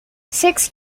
six